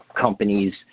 companies